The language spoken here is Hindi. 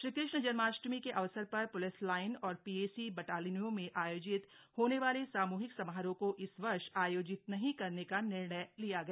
श्री कृष्ण जन्माष्टमी के अवसर पर प्लिस लाइन और पीएसी बटालियनों में आयोजित होने वाले साम्हिक समारोह को इस वर्ष आयोजित नहीं करने का निर्णय लिया गया